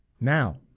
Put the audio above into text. Now